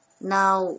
Now